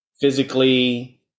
physically